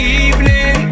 evening